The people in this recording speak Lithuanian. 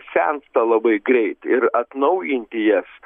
sensta labai greitai ir atnaujinti jas